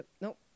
nope